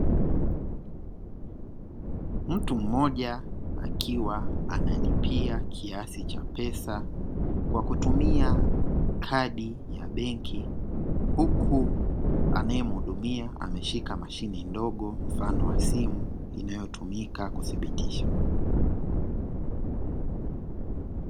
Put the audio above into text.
Mtu mmoja akiwa analipia kiasi cha pesa kwa kutumia kadi ya benki huku anayemuhudumia ameshika mashine ndogo mfano wa simu inayotumika kuthibitisha.